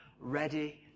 ready